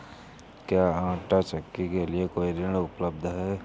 क्या आंटा चक्की के लिए कोई ऋण उपलब्ध है?